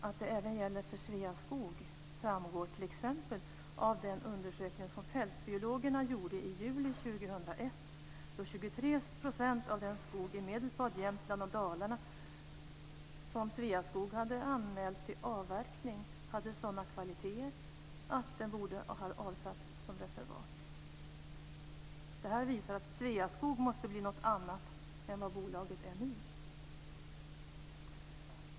Att det även gäller för Sveaskog framgår t.ex. av den undersökning som Fältbiologerna gjorde i juli 2001 då 23 % av den skog i Medelpad, Jämtland och Dalarna som Sveaskog hade anmält till avverkning hade sådana kvaliteter att den borde ha avsatts som reservat. Det här visar att Sveaskog måste bli något annat än vad bolaget är nu.